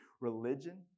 religion